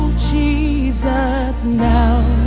jesus now